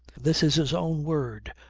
this is his own word.